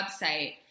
website